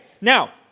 Now